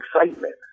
excitement